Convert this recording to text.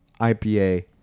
IPA